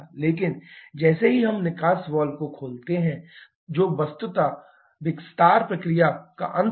लेकिन जैसे ही हम निकास वाल्व को खोलते हैं जो वस्तुतः विस्तार प्रक्रिया का अंत है